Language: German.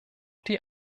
die